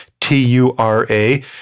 T-U-R-A